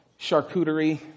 charcuterie